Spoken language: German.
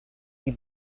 die